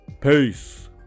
peace